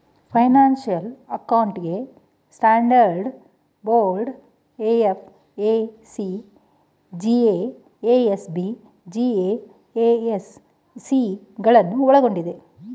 financial accounting standard board FAC, GASB, GASC ಗಳನ್ನು ಒಳ್ಗೊಂಡಿದೆ